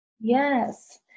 Yes